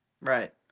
right